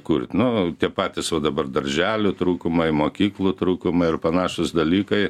kurt nu tie patys va dabar darželių trūkumai mokyklų trūkumai ir panašūs dalykai